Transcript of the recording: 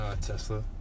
Tesla